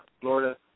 Florida